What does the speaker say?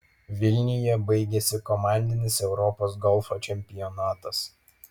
vilniuje baigėsi komandinis europos golfo čempionatas